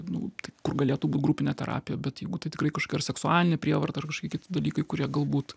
nu kur galėtų būt grupinė terapija bet jeigu tai tikrai kažkokia ar seksualinė prievarta ar kažkokie kiti dalykai kurie galbūt